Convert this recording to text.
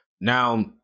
Now